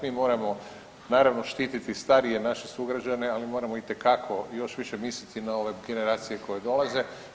Mi moramo naravno štititi starije naše sugrađane ali moramo itekako još više misliti na ove generacije koje dolaze.